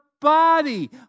body